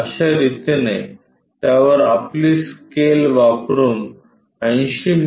अश्या रितीने त्यावर आपली स्केल वापरून 80 मि